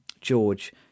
George